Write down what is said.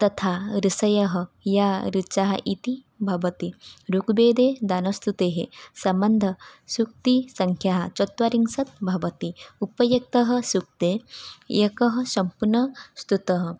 तथा ऋषयः याः ऋचः इति भवन्ति ऋग्वेदे दानस्तुतेः सम्बन्धसूक्तिसंख्याः चत्वारिंशत् भवति उपयुक्तसूक्तेः एकः सप्नं स्तुतः